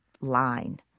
line